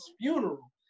funeral